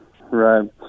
Right